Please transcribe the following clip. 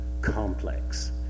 complex